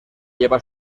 lleva